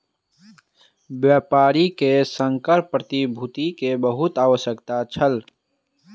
व्यापारी के संकर प्रतिभूति के बहुत आवश्यकता छल